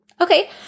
Okay